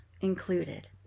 included